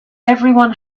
everyone